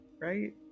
right